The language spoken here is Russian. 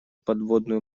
подводную